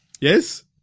Yes